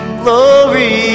glory